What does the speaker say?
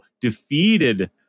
defeated